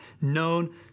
known